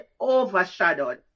overshadowed